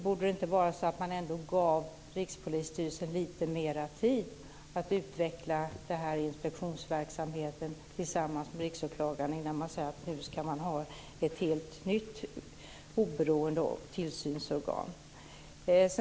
Borde det ändå inte vara så att man gav Rikspolisstyrelsen lite mer tid att utveckla inspektionsverksamheten tillsammans med Riksåklagaren innan man säger att man ska ha ett helt nytt oberoende tillsynsorgan?